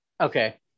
Okay